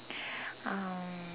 um